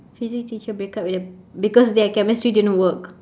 physics teacher break up with the because their chemistry didn't work